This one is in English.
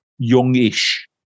youngish